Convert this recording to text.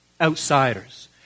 outsiders